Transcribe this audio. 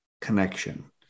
connection